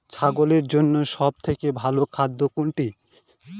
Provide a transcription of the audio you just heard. ছাগলের জন্য সব থেকে ভালো খাদ্য কোনটি?